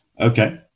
Okay